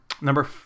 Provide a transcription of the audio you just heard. Number